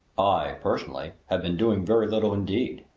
i, personally, have been doing very little indeed,